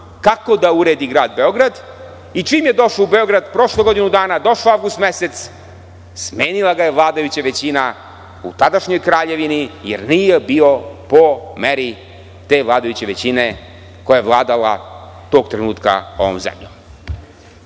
kako da uredi grad Beograd i čim je došao u Beograd, prošlo je godinu dana, došao avgust mesec, smenila ga je vladajuća većina u tadašnjoj kraljevini, jer nije bio po meri te vladajuće većine koja je vladala tog trenutka ovom zemljom. Svaka